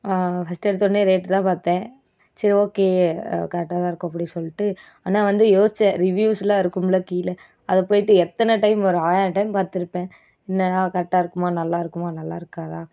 first எடுத்தோன்னே rate தான் பார்த்தேன் சரி ஓகே கரெக்டாக தான் இருக்கும் அப்படின் சொல்லிட்டு ஆனால் வந்து யோசிச்சேன் ரிவ்யூஸ்லாம் இருக்கும்ல கீழே அதை போயிட்டு எத்தனை டைம் ஒரு ஆயிரம் டைம் பார்த்துருப்பேன் என்னடா கரெட்டாக இருக்குமா நல்லா இருக்குமா நல்லா இருக்காதா